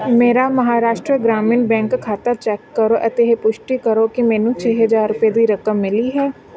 ਮੇਰਾ ਮਹਾਰਾਸ਼ਟਰ ਗ੍ਰਾਮੀਣ ਬੈਂਕ ਖਾਤਾ ਚੈੱਕ ਕਰੋ ਅਤੇ ਇਹ ਪੁਸ਼ਟੀ ਕਰੋ ਕਿ ਮੈਨੂੰ ਛੇ ਹਜ਼ਾਰ ਰੁਪਏ ਦੀ ਰਕਮ ਮਿਲੀ ਹੈ